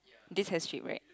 this has shape right